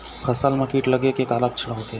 फसल म कीट लगे के का लक्षण होथे?